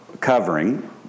covering